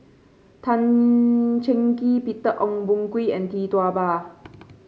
Tan Cheng Kee Peter Ong Boon Kwee and Tee Tua Ba